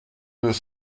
deux